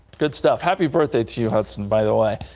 good stuff, happy birthday to hudson by the way.